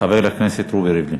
חבר הכנסת רובי ריבלין.